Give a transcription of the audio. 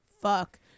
fuck